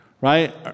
right